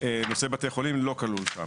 נושא בתי חולים לא כלול שם.